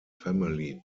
family